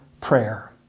prayer